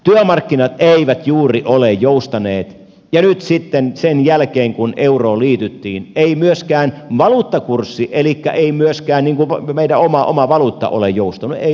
työmarkkinat eivät juuri ole joustaneet ja nyt sitten sen jälkeen kun euroon liityttiin ei myöskään valuuttakurssi elikkä ei myöskään meidän oma valuuttamme ole joustanut ei ollenkaan